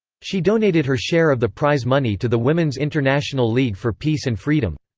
she donated her share of the prize money to the women's international league for peace and freedom.